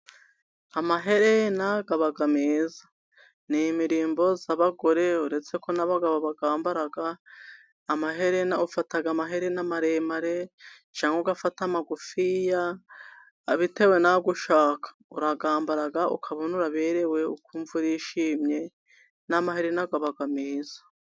Amaherena aba meza n'imirimbo y'abagore, uretse ko n'abagabo bayambara. Amaherena ufata Amaherena maremare cyangwa ugafata a magufi bitewe nayushaka. Urayambara ukabona uraberewe akumva yishimye amaharina aba meza.